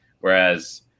whereas